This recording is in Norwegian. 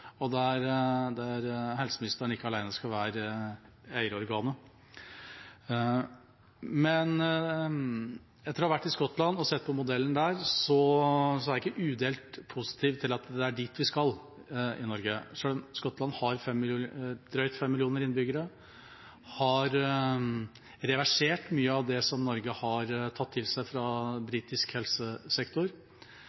tilknytningsform der helseministeren ikke skal være eierorganet alene. Etter å ha vært i Skottland og sett på modellen der, så er jeg ikke udelt positiv til at det er dit vi skal i Norge. Selv om Skottland har drøyt fem millioner innbyggere, og har reversert mye av det Norge har tatt til seg fra britisk helsesektor,